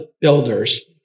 builders